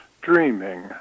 dreaming